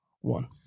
one